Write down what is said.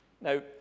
Now